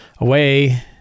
Away